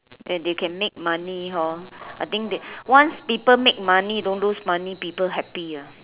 and they can make money hor I think they once people make money don't lose money people happier